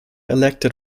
elected